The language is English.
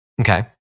Okay